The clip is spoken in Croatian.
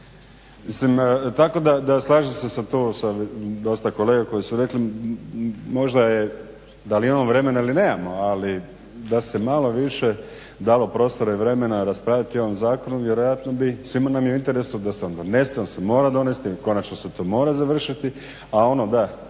tako da slažem se sa tu dosta kolega koji su rekli možda je, da li imamo vremena ili nemamo, ali da se malo više dalo prostora i vremena raspraviti o ovom zakonu vjerojatno bi, svima nam je u interesu da se on donese, on se mora donijeti konačno se to mora završiti. A ono da,